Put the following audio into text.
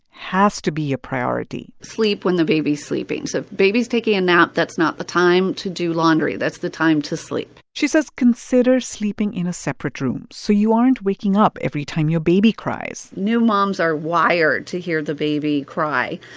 has to be a priority sleep when the baby's sleeping. so baby's taking a nap that's not the time to do laundry. that's the time to sleep she says consider sleeping in a separate room so you aren't waking up every time your baby cries new moms are wired to hear the baby cry.